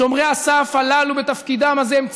שומרי הסף הללו, בתפקידם הזה, הם צבועים.